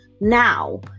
now